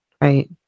right